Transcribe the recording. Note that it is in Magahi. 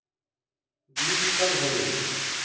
बीज कब होबे?